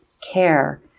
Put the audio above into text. care